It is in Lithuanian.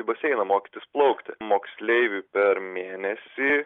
į baseiną mokytis plaukti moksleiviui per mėnesį